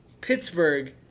Pittsburgh